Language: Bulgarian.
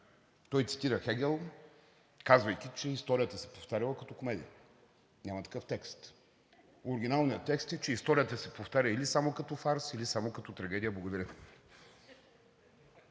Той цитира Хегел, казвайки, че историята се повтаряла като комедия. Няма такъв текст. Оригиналният текст е, че историята се повтаря само като фарс или само като трагедия. Благодаря.